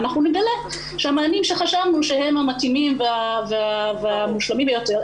אנחנו נגלה שהמענים שחשבנו שהם המתאימים והמושלמים ביותר,